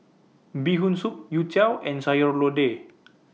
Bee Hoon Soup Youtiao and Sayur Lodeh